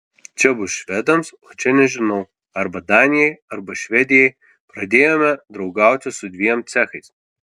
čia bus švedams o čia nežinau arba danijai arba švedijai pradėjome draugauti su dviem cechais